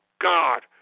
God